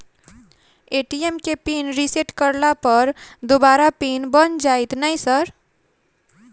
ATM केँ pin reset करला पर दोबारा पिन बन जाइत नै सर?